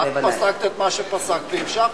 את פסקת את מה שפסקת והמשכנו.